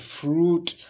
fruit